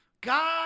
God